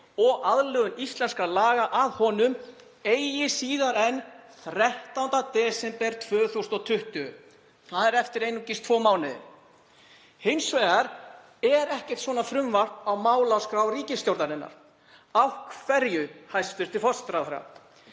og aðlögun íslenskra laga að honum eigi síðar en 13. desember 2020. Það er eftir einungis tvo mánuði. Hins vegar er ekkert slíkt frumvarp á málaskrá ríkisstjórnarinnar. Af hverju ekki, hæstv. forsætisráðherra?